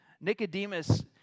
Nicodemus